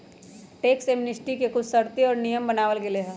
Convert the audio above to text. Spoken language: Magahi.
टैक्स एमनेस्टी के कुछ शर्तें और नियम बनावल गयले है